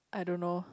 I don't know